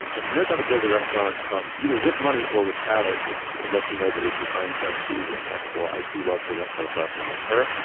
and and she knows how to build a restaurant um either with money or without it, which lets you know that are design sense is impeccable. i do love her restaurants. i still so love her.